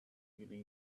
early